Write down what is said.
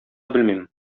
белмим